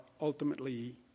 ultimately